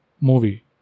movie